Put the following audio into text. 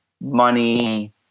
money